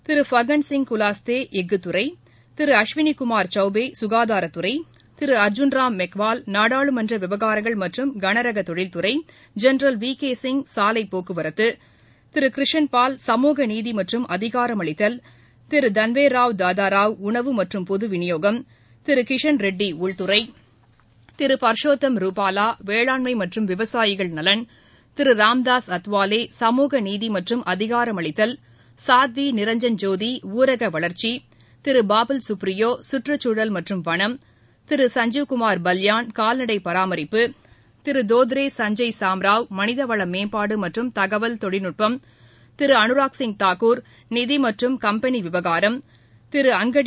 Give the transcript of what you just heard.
திரு ஃபக்கன் சிங் குலஸ்தே எஃகு துறை திரு அஸ்வினி குமார் சௌபே சுகாதாரத்துறை திரு அர்ஜுன் ராம் மெஹ்வால் நாடாளுமன்ற விவகாரங்கள் மற்றும் கனரக தொழில் துறை ஜெனரல் வி கே சிங் சாலை போக்குவரத்து திரு கிரிஷன் பால் சமூகநீதி மற்றும் அதிகாரமளித்தல் திரு தன்வேராவ் தாதாராவ் உணவு மற்றும் பொது விநியோகம் திரு கிஷன் ரெட்டி உள்துறை திரு பர்ஷோத்தம் ரூபாலா வேளாண்மை மற்றும் விவசாயிகள் நலன் திரு ராம்தாஸ் அத்வாலே சமூகநீதி மற்றும் அதிகாரமளித்தல் சாத்வி நிரஞ்சன் ஜோதி ஊரக வளர்ச்சி திரு பாபுல் சுப்ரியோ சுற்றுச்சூழல் மற்றும் வனம் திரு சஞ்ஜீவ் குமார் பல்யான் கால்நடை பராமரிப்பு திரு தோத்ரே சஞ்சய் சாம்ராவ் மனிதவள மேம்பாடு மற்றும் தகவல் தொழில்நுட்பம் திரு அனுராக் சிங் தாகூர் நிதி மற்றும் கம்பெனி விவகாரம் திரு அங்கடி